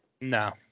No